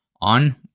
on